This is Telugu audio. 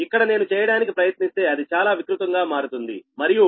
ఇక్కడ నేను చేయడానికి ప్రయత్నిస్తే అది చాలా వికృతంగా మారుతుంది మరియు r 0